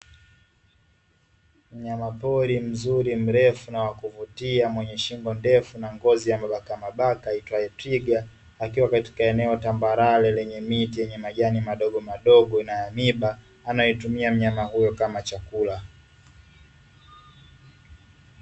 Mnyamapori mzuri, mrefu na wa kuvutia mwenye shingo ndefu na ngozi ya mabakamabaka aitwaye twiga, akiwa katika eneo tambarare lenye miti yenye majani magodomadogo na ya miiba anayotumia mnyama huyo kama chakula.